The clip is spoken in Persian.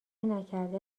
نکرده